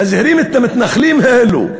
מזהירים את המתנחלים האלה,